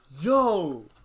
yo